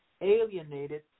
alienated